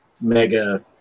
mega